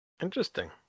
Interesting